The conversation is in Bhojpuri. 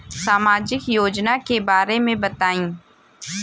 सामाजिक योजना के बारे में बताईं?